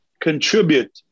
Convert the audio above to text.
contribute